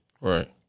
Right